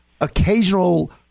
occasional